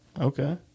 Okay